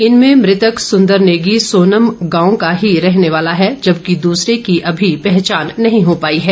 इनमें मृतक सुन्दर नेगी सोनम गांव का ही रहने वाला है जबकि दूसरे की अभी पहचान नहीं हो पाई है